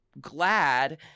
Glad